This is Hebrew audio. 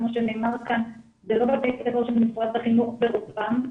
כמו שנאמר כאן, --- של משרד החינוך ברובן,